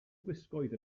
gwisgoedd